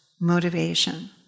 motivation